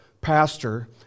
pastor